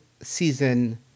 season